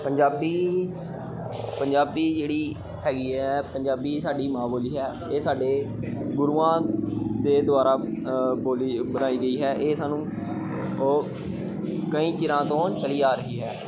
ਪੰਜਾਬੀ ਪੰਜਾਬੀ ਜਿਹੜੀ ਹੈਗੀ ਹੈ ਪੰਜਾਬੀ ਸਾਡੀ ਮਾਂ ਬੋਲੀ ਹੈ ਇਹ ਸਾਡੇ ਗੁਰੂਆਂ ਦੇ ਦੁਆਰਾ ਬੋਲੀ ਬਣਾਈ ਗਈ ਹੈ ਇਹ ਸਾਨੂੰ ਉਹ ਕਈ ਚਿਰਾਂ ਤੋਂ ਚਲੀ ਆ ਰਹੀ ਹੈ